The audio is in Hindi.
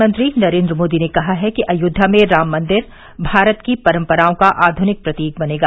प्रधानमंत्री नरेंद्र मोदी ने कहा है कि अयोध्या में राम मंदिर भारत की परम्पराओं का आधुनिक प्रतीक बनेगा